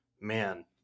man